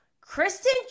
Kristen